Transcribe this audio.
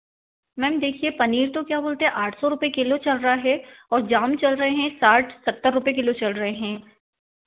ma'am देखिए पनीर तो क्या बोलते आठ सौ रुपये किलो चल रहा है और जाम चल रहेहैं साठ सत्तर रुपये किलो चल रहे हैं